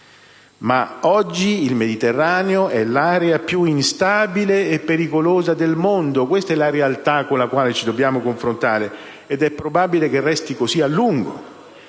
Ma oggi il Mediterraneo è l'area più instabile e pericolosa del mondo, questa è la realtà con la quale ci dobbiamo confrontare, ed è probabile che resti così a lungo.